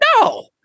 No